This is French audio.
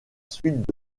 suite